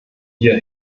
hier